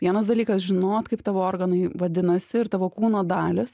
vienas dalykas žinot kaip tavo organai vadinasi ir tavo kūno dalys